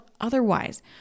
otherwise